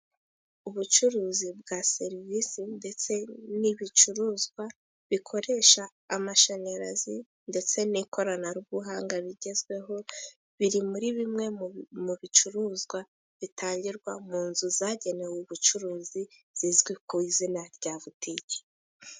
Ubucuruzi bwa serivisi ndetse n'ibicuruzwa bikoresha amashanyarazi ndetse n'ikoranabuhanga bigezweho biri muri bimwe mu bicuruzwa bitangirwa mu nzu zagenewe ubucuruzi, zizwi ku izina rya butiki.